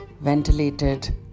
ventilated